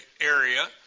area